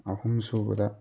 ꯑꯍꯨꯝ ꯁꯨꯕꯗ